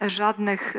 żadnych